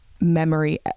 memory